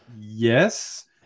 yes